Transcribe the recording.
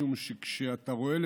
משום שכשאתה רואה,